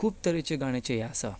खूब तरेचे गाण्याचें हें आसा